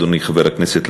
אדוני חבר הכנסת,